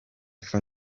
for